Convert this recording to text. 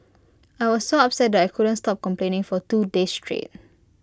I was so upset that I couldn't stop complaining for two days straight